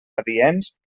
adients